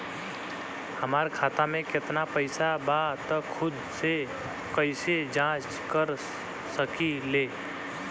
हमार खाता में केतना पइसा बा त खुद से कइसे जाँच कर सकी ले?